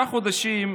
אנחנו רעשנים.